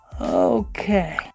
Okay